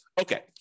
Okay